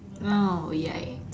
oh ya